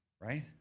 right